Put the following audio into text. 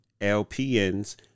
LPNs